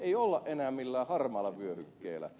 ei olla enää millään harmaalla vyöhykkeellä